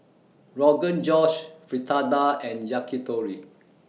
Rogan Josh Fritada and Yakitori